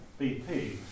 BP